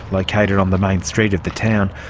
located on the main street of the town,